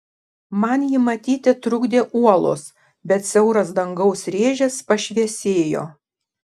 man jį matyti trukdė uolos bet siauras dangaus rėžis pašviesėjo